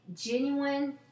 genuine